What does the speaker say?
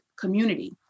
community